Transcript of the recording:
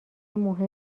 مهم